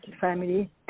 family